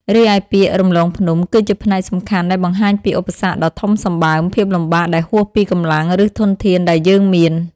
រីឯពាក្យ រំលងភ្នំ គឺជាផ្នែកសំខាន់ដែលបង្ហាញពីឧបសគ្គដ៏ធំសម្បើម ភាពលំបាកដែលហួសពីកម្លាំង ឬធនធានដែលយើងមាន។